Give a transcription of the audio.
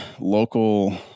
local